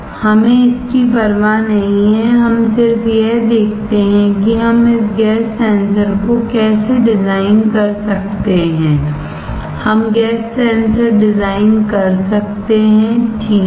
हमें इसकी परवाह नहीं है हम सिर्फ यह देखते हैं कि हम इस गैस सेंसर को कैसे डिज़ाइन कर सकते हैं हम गैस सेंसर डिजाइन कर सकते हैं ठीक है